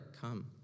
come